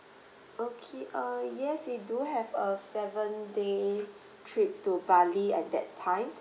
okay err yes we do have a seven day trip to bali at that time